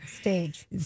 Stage